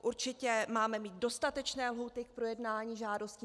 Určitě máme mít dostatečné lhůty k projednání žádostí.